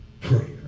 prayer